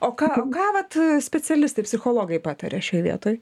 o ką o ką vat specialistai psichologai pataria šioj vietoj